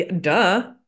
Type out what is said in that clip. Duh